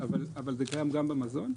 אבל זה קיים גם במזון.